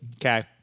Okay